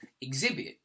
exhibit